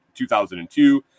2002